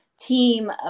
team